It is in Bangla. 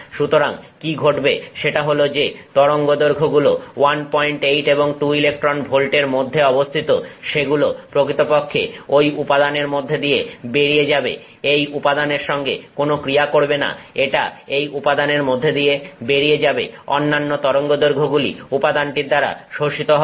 সুতরাং কী ঘটবে সেটা হল যে তরঙ্গদৈর্ঘ্যগুলো 18 এবং 2 ইলেকট্রন ভোল্টের মধ্যে অবস্থিত সেগুলো প্রকৃতপক্ষে ঐ উপাদানের মধ্যে দিয়ে বেরিয়ে যাবে এই উপাদানের সঙ্গে কোন ক্রিয়া করবে না এটা এই উপাদানের মধ্যে দিয়ে বেরিয়ে যাবে অন্যান্য তরঙ্গদৈর্ঘ্যগুলি উপাদানটি দ্বারা শোষিত হবে